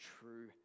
true